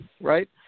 Right